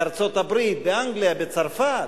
בארצות-הברית, באנגליה, בצרפת.